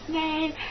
name